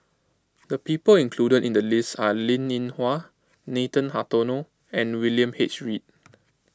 the people included in the list are Linn in Hua Nathan Hartono and William H Read